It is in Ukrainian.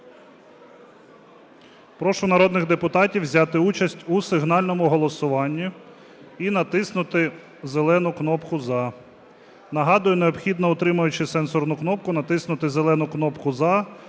Прошу народних депутатів взяти участь у сигнальному голосуванні і натиснути зелену кнопку "за". Нагадую, необхідно, утримуючи сенсорну кнопку, натиснути зелену кнопку "за"